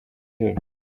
her